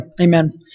Amen